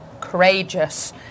courageous